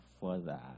further